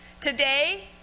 Today